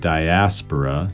Diaspora